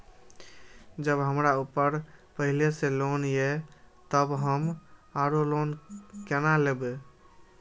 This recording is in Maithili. जब हमरा ऊपर पहले से लोन ये तब हम आरो लोन केना लैब?